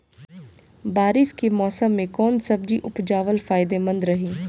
बारिश के मौषम मे कौन सब्जी उपजावल फायदेमंद रही?